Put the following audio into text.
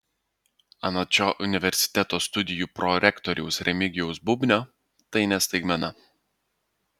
anot šio universiteto studijų prorektoriaus remigijaus bubnio tai ne staigmena